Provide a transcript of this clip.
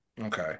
Okay